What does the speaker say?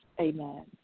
Amen